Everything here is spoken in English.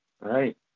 Right